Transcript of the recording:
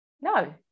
no